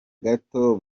gato